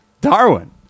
Darwin